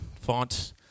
font